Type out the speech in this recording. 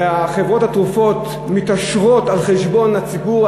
וחברות התרופות מתעשרות על-חשבון הציבור,